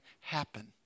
happen